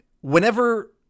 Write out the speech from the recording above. whenever